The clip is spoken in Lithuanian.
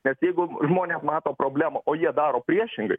nes jeigu žmonės mato problemą o jie daro priešingai